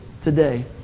today